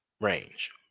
range